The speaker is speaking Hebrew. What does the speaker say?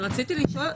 ורציתי לשאול,